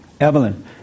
Evelyn